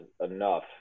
enough